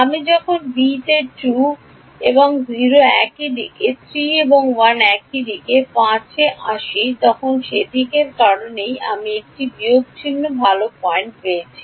আমি যখন b তে 2 এবং 0 একই দিক 3 এবং 1 একই দিক 5 এ আসি বিপরীত দিক সে কারণেই আমি একটি বিয়োগ চিহ্ন ভাল পয়েন্ট পেয়েছি